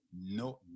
No